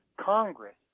Congress